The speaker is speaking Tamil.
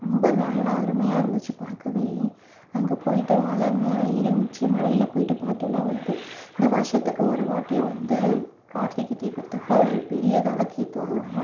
ரொம்ப நல்லா அருமையாக இருந்துச்சு பார்க்கவே அங்கே போயிட்டு மலை மேலே ஏறி உச்சி மலையில் போயிட்டு பார்த்தோன்னா வந்து இந்த வருஷத்துக்கு ஒரு வாட்டி வந்து கார்த்திகை தீபத்தப்போ ஒரு பெரிய விளக்கேத்துவாங்களாம்